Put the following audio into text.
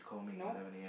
nope